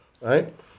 Right